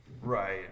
Right